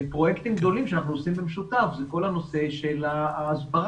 פרוייקטים גדולים שאנחנו עושים במשותף זה כל הנושא של ההסברה.